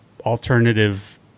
alternative